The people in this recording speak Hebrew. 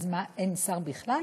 אז מה, אין שר בכלל?